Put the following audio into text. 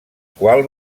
qual